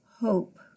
hope